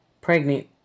pregnant